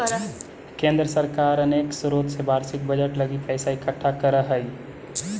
केंद्र सरकार अनेक स्रोत से वार्षिक बजट लगी पैसा इकट्ठा करऽ हई